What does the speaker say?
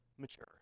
Mature